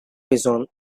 bison